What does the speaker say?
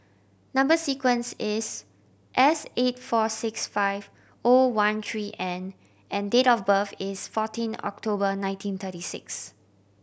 number sequence is S eight four six five O one three N and date of birth is fourteen October nineteen thirty six